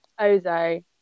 Ozo